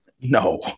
No